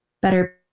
better